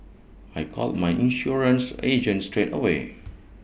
I called my insurance agent straight away